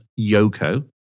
Yoko